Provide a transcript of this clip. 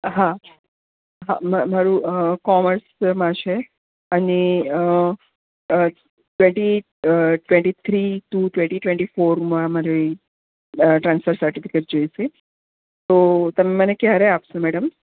હા મારું મારું કોમર્સમાં છે અને twenty twenty three to twenty twenty four માં મારી ટ્રાન્સફર સર્ટિફિકેટ જોઈશે તો તમે મને ક્યારે આપશો મેડમ